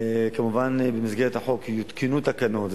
כמובן במסגרת החוק יותקנו תקנות,